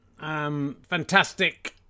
fantastic